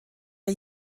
der